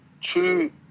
two